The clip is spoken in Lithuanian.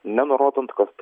nenurodant kad